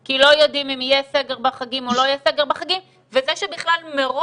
כי לא יודעים אם יהיה סגר בחגים או לא יהיה סגר בחגים וזה שבכלל מראש